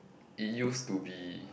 it used to be